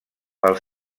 pel